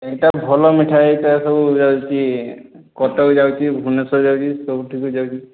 ଏହିଟା ଭଲ ମିଠା ଏହିଟା ସବୁ ଯାଉଛି କଟକ ଯାଉଛି ଭୁବନେଶ୍ୱର ଯାଉଛି ସବୁ ଆଡ଼େ ଯାଉଛି